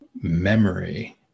memory